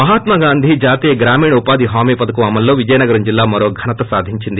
మహాత్మా గాంధీ జాతీయ గ్రామీణ ఉపాధి హామీ పథకం అమలులో విజయనగరం జిల్లా మరో ఘనత సాధించింది